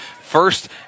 first